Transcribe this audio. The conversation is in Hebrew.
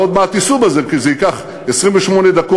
אבל עוד מעט תיסעו בזה, כי זה ייקח 28 דקות